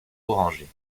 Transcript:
orangée